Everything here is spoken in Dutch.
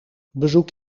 bezoek